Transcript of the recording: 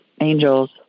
angels